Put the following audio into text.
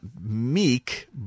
meek